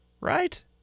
right